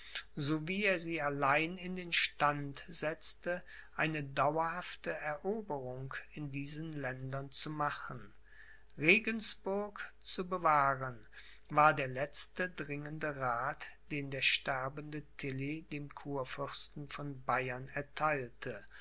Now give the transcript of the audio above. wie er sie allein in den stand setzte eine dauerhafte eroberung in diesen ländern zu machen regensburg zu bewahren war der letzte dringende rath den der sterbende tilly dem kurfürsten von bayern ertheilte